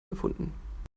gefunden